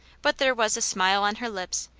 but there was a smile on her lips,